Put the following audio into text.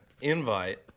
invite